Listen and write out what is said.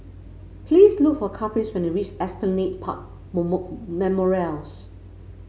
please look for Caprice when you reach Esplanade Park Memorials